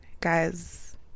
guys